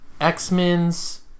X-Men's